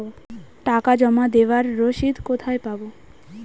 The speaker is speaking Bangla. টাকা জমা দেবার রসিদ কোথায় পাব?